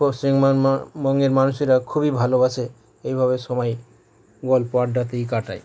পশ্চিমবঙ মা বঙ্গের মানুষেরা খুবই ভালোবাসে এইভাবে সবাই গল্প আড্ডা দিয়েই কাটায়